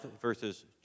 verses